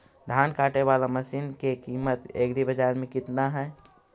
धान काटे बाला मशिन के किमत एग्रीबाजार मे कितना है?